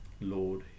lord